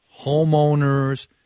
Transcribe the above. homeowners